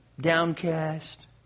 downcast